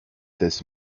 this